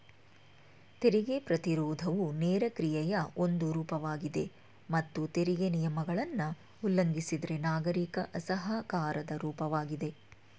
ತೆರಿಗೆ ಪ್ರತಿರೋಧವು ನೇರ ಕ್ರಿಯೆಯ ಒಂದು ರೂಪವಾಗಿದೆ ಮತ್ತು ತೆರಿಗೆ ನಿಯಮಗಳನ್ನ ಉಲ್ಲಂಘಿಸಿದ್ರೆ ನಾಗರಿಕ ಅಸಹಕಾರದ ರೂಪವಾಗಿದೆ